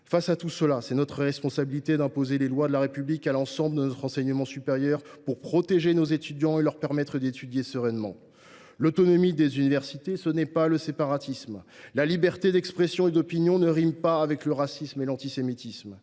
Face à tout cela, il est de notre responsabilité d’imposer les lois de la République à l’ensemble de notre enseignement supérieur pour protéger nos étudiants et leur permettre d’étudier sereinement. L’autonomie des universités, ce n’est pas le séparatisme. La liberté d’expression et d’opinion ne rime pas avec le racisme et l’antisémitisme.